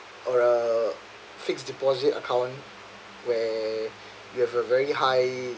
or a fixed deposit account where you have a very high